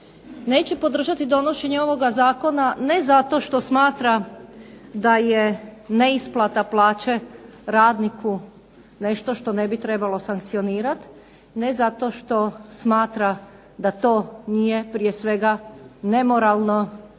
Neće podržati donošenje ovoga zakona ne zato što smatra da je neisplata plaće radniku nešto što ne bi trebalo sankcionirat, ne zato što smatra da to nije prije svega nemoralno